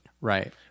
Right